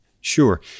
Sure